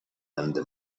będę